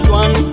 one